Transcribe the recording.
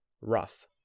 rough